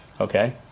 Okay